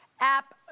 app